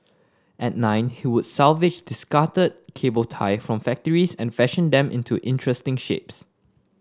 at nine he would salvage discarded cable tie from factories and fashion them into interesting shapes